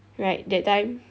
right that time